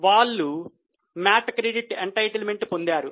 వాళ్లు MAT credit entitlement పొందారు